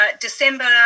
December